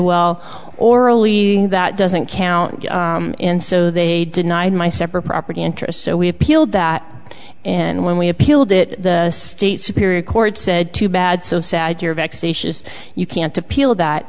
well orally that doesn't count and so they denied my separate property interest so we appealed that and when we appealed it the state superior court said too bad so sad you're vexatious you can't appeal that